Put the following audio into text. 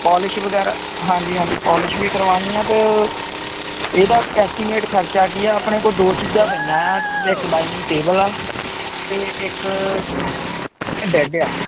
polish ਵਗੈਰਾ ਹਾਂਜੀ ਹਾਂਜੀ ਪੋਲਿਸ਼ ਵੀ ਕਰਵਾਉਣੀ ਆ ਅਤੇ ਇਹਦਾ ਐਸਟੀਮੇਟ ਖਰਚਾ ਕੀ ਆ ਆਪਣੇ ਕੋਲ ਦੋ ਚੀਜ਼ਾਂ ਪਈਆਂ ਆ ਇੱਕ ਡਾਇਨਿੰਗ ਟੇਬਲ ਆ ਅਤੇ ਇੱਕ ਬੈਡ ਆ